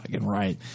right